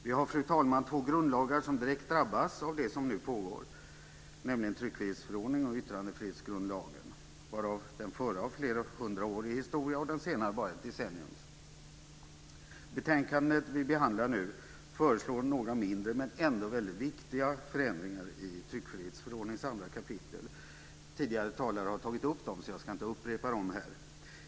Vi har, fru talman, två grundlagar som direkt drabbas av det som nu pågår, nämligen tryckfrihetsförordningen och yttrandefrihetsgrundlagen, varav den förra har en flerhundraårig historia och den senare bara ett decenniums. Betänkandet vi behandlar nu föreslår några mindre men ändå mycket viktiga förändringar i tryckfrihetsförordningens 2 kap. Tidigare talare har tagit upp dem, så jag ska inte upprepa dem.